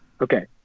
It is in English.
Okay